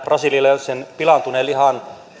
brasilialaisen pilaantuneen lihan